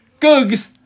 googs